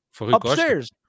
upstairs